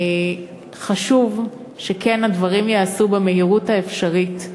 חשוב שהדברים כן ייעשו במהירות האפשרית.